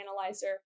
Analyzer